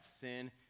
Sin